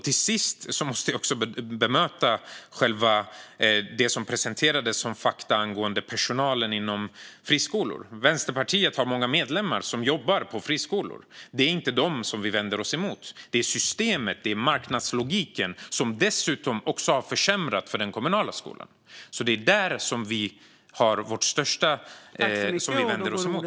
Till sist måste jag också bemöta det som presenterades som fakta angående personalen inom friskolor. Vänsterpartiet har många medlemmar som jobbar på friskolor. Det är inte dem vi vänder oss emot, utan det är systemet, marknadslogiken, som dessutom har försämrat för den kommunala skolan. Det är vad vi vänder oss emot.